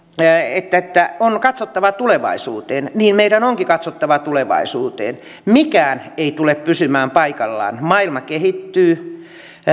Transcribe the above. että että on katsottava tulevaisuuteen niin meidän onkin katsottava tulevaisuuteen mikään ei tule pysymään paikallaan maailma kehittyy